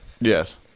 Yes